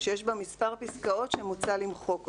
שיש בה מספר פסקאות, שמוצע למחוק אותן.